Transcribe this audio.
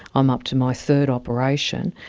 i'm up to my third operation,